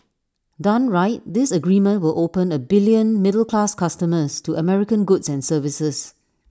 done right this agreement will open A billion middle class customers to American goods and services